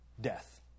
Death